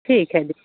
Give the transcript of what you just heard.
ठीक है दी